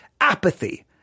apathy